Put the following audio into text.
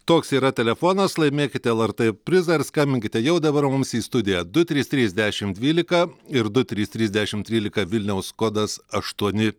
toks yra telefonas laimėkite lrt prizą ir skambinkite jau dabar mums į studiją du trys trys dešim dvylika ir du trys trys dešim trylika vilniaus kodas aštuoni